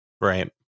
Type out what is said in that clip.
Right